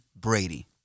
Brady